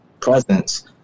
presence